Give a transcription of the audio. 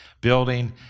building